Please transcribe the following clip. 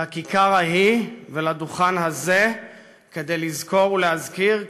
לכיכר ההיא ולדוכן הזה כדי לזכור ולהזכיר,